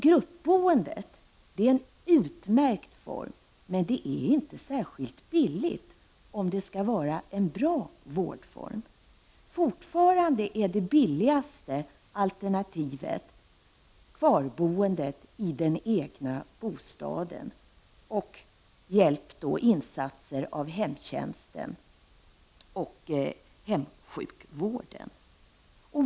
Gruppboendet är en utmärkt form, men det är inte särskilt billigt om det skall vara en bra vårdform. Fortfarande är det billigaste alternativet att människor bor kvar i den egna bostaden med hjälp av hemtjänst och hemsjukvård.